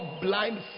blind